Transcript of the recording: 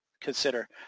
consider